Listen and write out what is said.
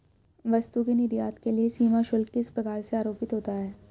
वस्तु के निर्यात के लिए सीमा शुल्क किस प्रकार से आरोपित होता है?